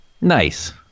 Nice